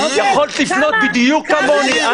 --- יכולת לפנות בדיוק כמוני -- יאיר, יאיר.